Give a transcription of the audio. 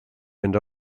and